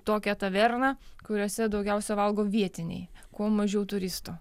tokią taverną kuriose daugiausiai valgo vietiniai kuo mažiau turistų